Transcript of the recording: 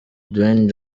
dwayne